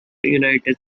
united